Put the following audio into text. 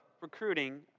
recruiting